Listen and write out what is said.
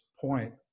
point